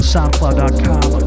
SoundCloud.com